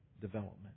development